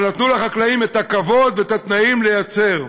אבל נתנו לחקלאות את הכבוד ואת התנאים לייצר.